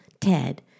Ted